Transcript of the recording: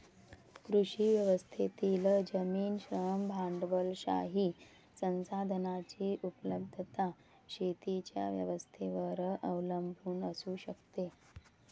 कृषी व्यवस्थेतील जमीन, श्रम, भांडवलशाही संसाधनांची उपलब्धता शेतीच्या व्यवस्थेवर अवलंबून असू शकते